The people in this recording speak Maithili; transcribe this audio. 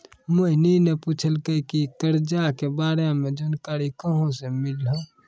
मोहिनी ने पूछलकै की करजा के बारे मे जानकारी कहाँ से मिल्हौं